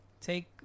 Take